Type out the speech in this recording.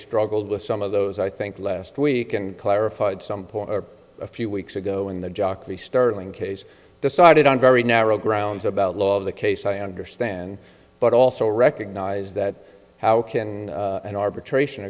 struggled with some of those i think last week and clarified some point a few weeks ago in the jockey sterling case decided on very narrow grounds about law of the case i understand but also recognize that how can an arbitration